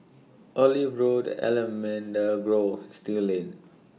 Olive Road Allamanda Grove Still Lane